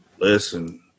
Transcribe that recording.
Listen